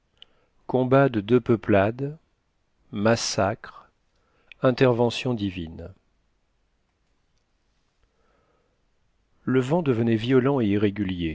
combats de deux peuplades massacre intervention divine le vent devenait violent et irrégulier